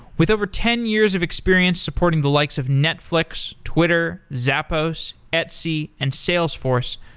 with over ten years of experience supporting the likes of netflix, twitter, zappos, etsy, and salesforce,